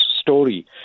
story